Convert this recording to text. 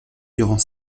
durant